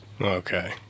Okay